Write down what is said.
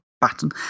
button